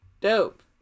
Dope